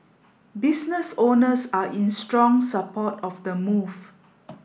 business owners are in strong support of the move